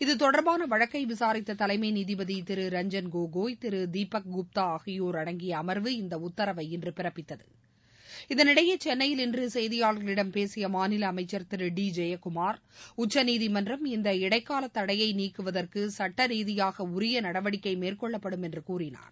இது தொடர்பான வழக்கை விசாரித்த தலைமை நீதிபதி திரு ரஞ்ஜன் கோகோய் திரு தீபக் குப்தா ஆகியோர் அடங்கிய அமர்வு இந்த உத்தரவை இன்று பிறப்பித்தது இதனிடையே சென்னையில் இன்று செய்தியாளர்களிடம் பேசிய மாநில அமைக்கள் திரு டி ஜெயக்குமார் உச்சநீதிமன்றத்தின் இந்த இடைக்கால தடையை நீக்குவதற்கு சுட்ட ரீதியாக உரிய நடவடிக்கை மேற்கொள்ளப்படும் என்று கூறினார்